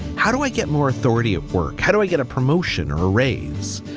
how do i get more authority at work? how do i get a promotion or a raise?